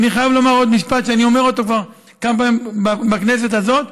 אני חייב לומר עוד משפט שאני אומר אותו כבר כמה פעמים בכנסת הזאת,